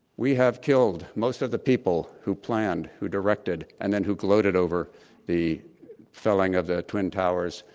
we have killed most of the people who planned, who directed, and then who gloated over the felling of the twin towers,